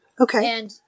okay